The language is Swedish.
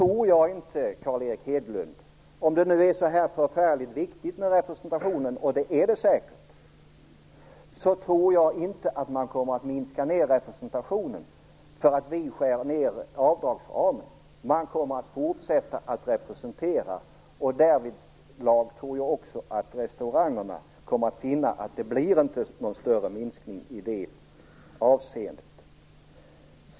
Om representationen nu är så förfärligt viktig - och det är den säkert - tror jag inte att man kommer att minska ned på den därför att vi skär ned på avdragen. Man kommer att fortsätta att representera, och därvidlag tror jag också att restaurangerna kommer att finna att det inte blir någon större minskning i det avseendet.